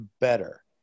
better